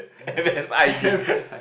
M S I G